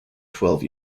twelve